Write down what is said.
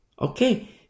Okay